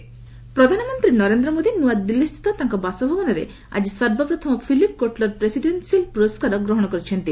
PM award ପ୍ରଧାନମନ୍ତ୍ରୀ ନରେନ୍ଦ୍ର ମୋଦି ନୂଆଦିଲ୍ଲୀ ସ୍ଥିତ ତାଙ୍କ ବାସଭବନଠାରେ ଆକି ସର୍ବପ୍ରଥମ ଫିଲିପ୍ କୋଟଲର୍ ପ୍ରେସିଡେନ୍ସିଆଲ୍ ପୁରସ୍କାର ଗ୍ରହଣ କରିଛନ୍ତି